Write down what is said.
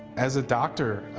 as a doctor